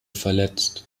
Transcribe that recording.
verletzt